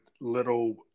little